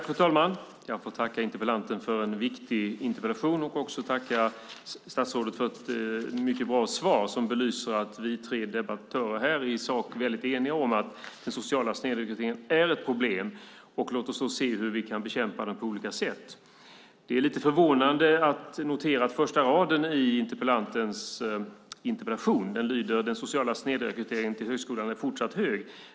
Fru talman! Jag får tacka interpellanten för en viktig interpellation och också tacka statsrådet för ett mycket bra svar som belyser att vi tre debattörer i sak är väldigt eniga om att den sociala snedrekryteringen är ett problem. Låt oss då se hur vi kan bekämpa den på olika sätt. Det är lite förvånande att notera första raden i interpellationen. Den lyder: "Den sociala snedrekryteringen till högskolan är fortsatt hög."